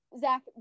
Zach